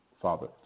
father